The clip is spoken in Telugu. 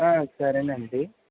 సరేనండి